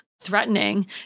threatening